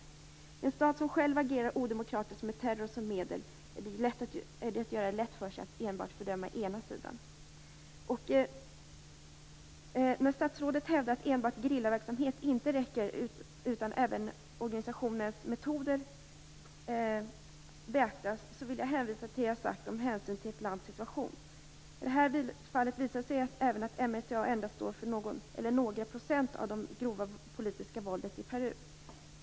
När det gäller en stat som själv agerar odemokratiskt och med terror som medel är det att göra det lätt för sig att enbart fördöma ena sidan. När statsrådet hävdar att enbart gerillaverksamhet inte räcker utan att även organisationens metoder beaktas vill jag hänvisa till det som jag sagt om hänsyn till ett lands situation. I detta fall visar det sig även att MRTA endast står för någon eller några procent av det grova politiska våldet i Peru.